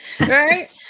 Right